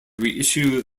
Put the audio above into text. reissue